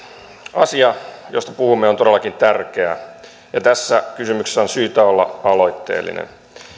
asia josta puhumme on todellakin tärkeä ja tässä kysymyksessä on syytä olla aloitteellinen